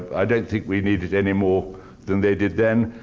i don't think we need it any more than they did then,